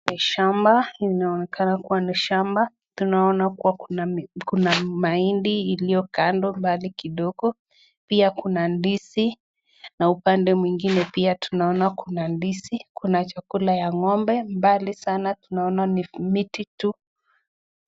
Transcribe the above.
Ni shamba. Hili inaonekana kuwa ni shamba. Tunaona kuwa kuna mahindi iliyo kando mbali kidogo. Pia kuna ndizi na upande mwingine pia tunaona kuna ndizi. Kuna chakula ya ng'ombe, mbali sana tunaona ni miti tu.